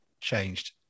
changed